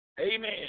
Amen